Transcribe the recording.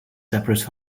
separate